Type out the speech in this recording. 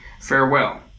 Farewell